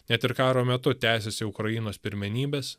net ir karo metu tęsiasi ukrainos pirmenybės